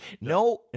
No